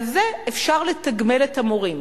על זה אפשר לתגמל את המורים.